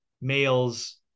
males